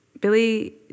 Billy